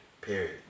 Period